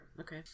Okay